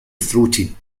throated